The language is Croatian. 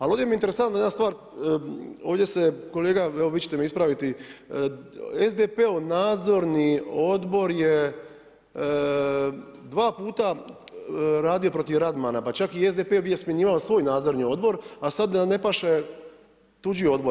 Ali ovdje mije interesantna jedna stvar, ovdje se kolega, evo vi ćete me ispraviti, SDP-ov nadzorni odbor je dva puta radio protiv Radmana, pa čak je i SDP bio smjenjivao svoj nadzorni odbor a sad mu ne paše tuđi odbor.